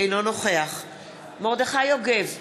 אינו נוכח מרדכי יוגב,